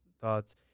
thoughts